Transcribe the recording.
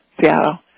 Seattle